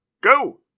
go